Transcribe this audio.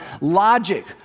logic